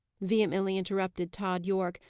vehemently interrupted tod yorke,